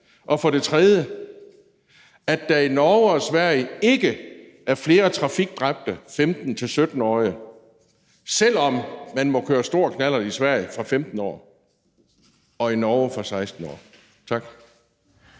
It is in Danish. Jensen bekræfte, at der i Norge og Sverige ikke er flere trafikdræbte 15-17-årige, selv om man må køre stor knallert i Sverige, fra man er 15 år, og i Norge, fra man er 16 år? Tak.